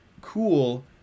cool